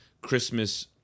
Christmas